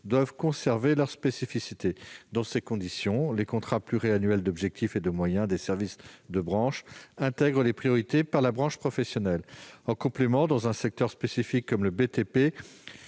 doivent conserver leurs spécificités. Dans ces conditions, les contrats pluriannuels d'objectifs et de moyens des services de branche intègrent les priorités par branche professionnelle. En complément, dans un secteur spécifique comme le BTP,